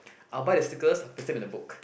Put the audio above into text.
I'll buy the stickers I'll paste them in the book